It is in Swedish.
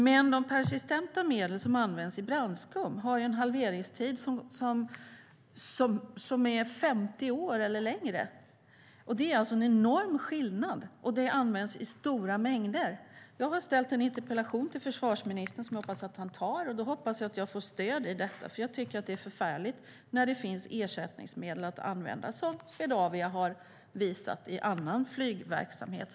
Men de persistenta medel som används i brandskum har en halveringstid som är 50 år eller längre. Det är en enorm skillnad. Det används i stora mängder. Jag har ställt en interpellation till försvarsministern som jag hoppas att han tar. Då hoppas jag att jag får stöd i detta, för jag tycker att det är förfärligt, när det finns ersättningsmedel att använda, vilket Swedavia har visat i annan flygverksamhet.